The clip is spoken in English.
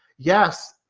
yes,